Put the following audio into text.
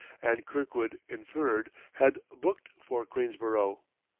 and, kirkwood inferred, had booked for queensborough.